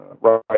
right